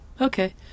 okay